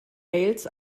mails